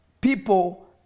people